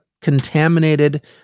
contaminated